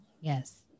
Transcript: Yes